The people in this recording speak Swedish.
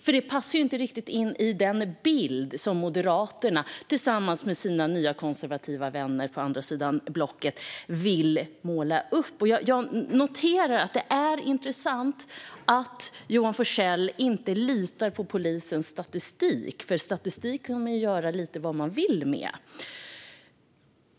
Detta passar inte riktigt in i den bild som Moderaterna tillsammans med sina nya konservativa vänner på andra sidan blocket vill måla upp. Det är intressant att Johan Forssell inte litar på polisens statistik, för statistik kan man ju göra lite vad man vill med.